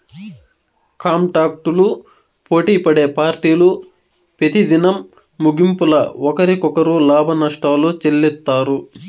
కాంటాక్టులు పోటిపడే పార్టీలు పెతిదినం ముగింపుల ఒకరికొకరు లాభనష్టాలు చెల్లిత్తారు